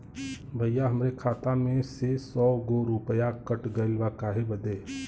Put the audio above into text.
भईया हमरे खाता मे से सौ गो रूपया कट गइल बा काहे बदे?